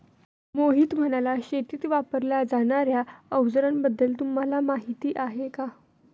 मोहित म्हणाला, शेतीत वापरल्या जाणार्या अवजारांबद्दल तुम्हाला माहिती आहे का?